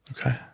Okay